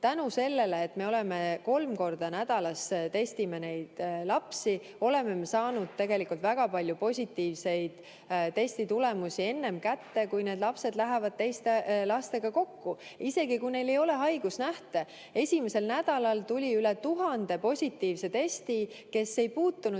Tänu sellele, et me kolm korda nädalas lapsi testime, oleme me saanud tegelikult väga palju positiivseid testitulemusi enne kätte, kui need lapsed on saanud teiste lastega kokku, isegi kui neil ei ole haigusnähte. Esimesel nädalal tuli üle 1000 positiivse testi. Need lapsed ei puutunud